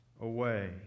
away